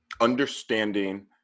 understanding